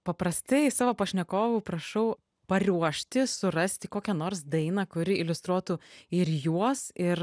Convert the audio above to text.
paprastai savo pašnekovų prašau paruošti surasti kokią nors dainą kuri iliustruotų ir juos ir